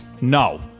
No